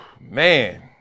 man